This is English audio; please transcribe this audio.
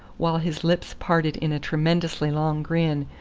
while his lips parted in a tremendously long grin,